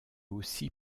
aussi